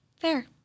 Fair